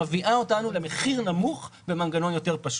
שמביאה אותנו למחיר נמוך במנגנון יותר פשוט,